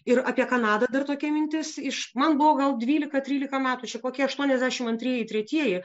ir apie kanadą dar tokia mintis iš man buvo gal dvylika trylika metų čia kokie aštuoniasdešimt antrieji tretieji